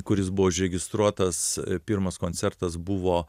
kuris buvo užregistruotas pirmas koncertas buvo